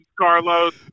Carlos